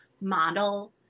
model